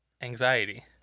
anxiety